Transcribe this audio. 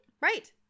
Right